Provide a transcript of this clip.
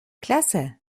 klasse